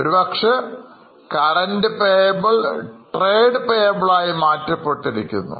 ഒരുപക്ഷേ current Payble Trade payables യി മാറ്റപ്പെട്ടിരിക്കുന്നു